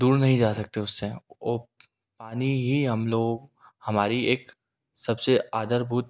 दूर नहीं जा सकते उससे वो पानी ही हम लोग हमारी एक सब से आधारभूत